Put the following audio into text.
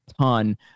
ton